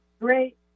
great